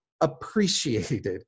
appreciated